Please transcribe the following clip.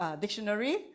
dictionary